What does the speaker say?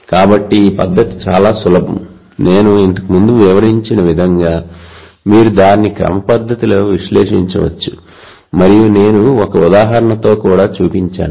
కాబట్టి ఈ పద్ధతి చాలా సులభం నేను ఇంతకు ముందు వివరించిన విధంగా మీరు దానిని క్రమపద్ధతిలో విశ్లేషించవచ్చు మరియు నేను ఒక ఉదాహరణతో కూడా చూపించాను